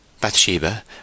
Bathsheba